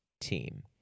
Team